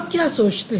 आप क्या सोचते हैं